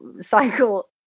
cycle